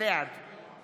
בעד